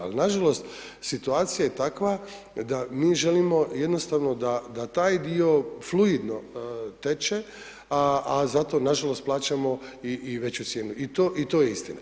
Ali nažalost, situacija je takva da mi želimo jednostavno da taj dio fluidno teče, a za to na žalost plaćamo i veću cijenu i to je istina.